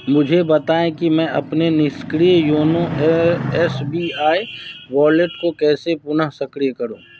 मुझे बताएँ कि मैं अपने निष्क्रिय YONO S B I wallet को कैसे पुनः सक्रिय करूँ